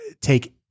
take